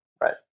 Right